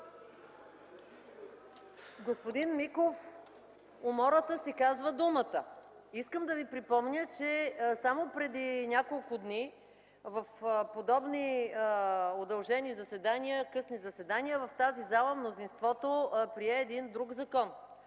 Господин Миков, умората си казва думата. Искам да ви припомня, че само преди няколко дни в подобни удължения, късни заседания в тази зала мнозинството прие един друг закон